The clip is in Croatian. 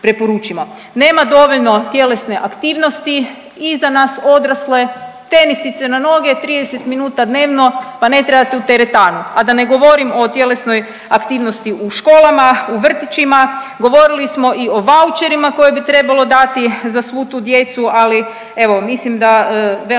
Nema dovoljno tjelesne aktivnost i za nas odrasle. Tenisice na noge 30 minuta dnevno pa ne trebate u teretanu, a da ne govorim o tjelesnoj aktivnosti u školama, u vrtićima. Govorili smo i o vaučerima koje bi trebalo dati za svu tu djecu, ali evo mislim da velim